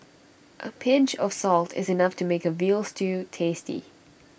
A pinch of salt is enough to make A Veal Stew tasty